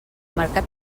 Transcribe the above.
mercat